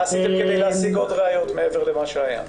מה עשיתם כדי להשיג עוד ראיות מעבר למה שהיה?